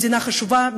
מדינה חשובה,